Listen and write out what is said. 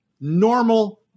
normal